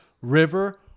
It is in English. River